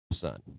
son